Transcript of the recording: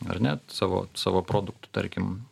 ar ne savo savo produktų tarkim